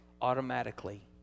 automatically